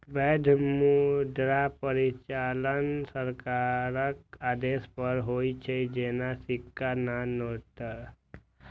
वैध मुद्राक परिचालन सरकारक आदेश पर होइ छै, जेना सिक्का आ नोट्स